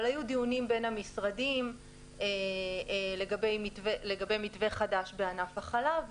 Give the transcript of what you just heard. אבל היו דיונים בין המשרדים לגבי מתווה חדש בענף החלב.